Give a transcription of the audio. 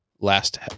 Last